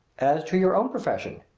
as to your own profession?